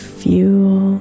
fuel